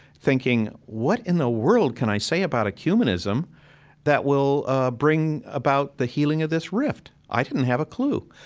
thinking what in the world can i say about ecumenism that will ah bring about the healing of this rift? i didn't have a clue.